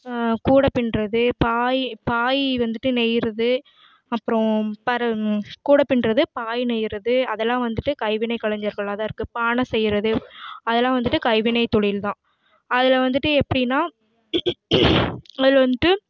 கூடை பின்றது பாய் பாய் வந்துவிட்டு நெய்யிறது அப்புறோம் பாரு கூடை பின்றது பாய் நெய்யிறது அதெல்லாம் வந்துவிட்டு கைவினை கலைஞர்களாகதான் இருக்கு பானை செய்யிறது அதெல்லாம் வந்துவிட்டு கைவினை தொழில் தான் அதில் வந்துவிட்டு எப்படின்னா அதில் வந்துவிட்டு